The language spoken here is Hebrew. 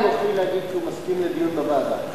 מסכים לדיון בוועדה.